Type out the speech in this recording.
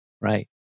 right